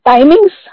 Timings